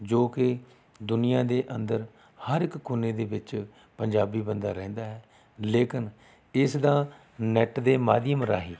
ਜੋ ਕਿ ਦੁਨੀਆ ਦੇ ਅੰਦਰ ਹਰ ਇੱਕ ਕੋਨੇ ਦੇ ਵਿੱਚ ਪੰਜਾਬੀ ਬੰਦਾ ਰਹਿੰਦਾ ਹੈ ਲੇਕਿਨ ਇਸ ਦਾ ਨੈੱਟ ਦੇ ਮਾਧਿਅਮ ਰਾਹੀਂ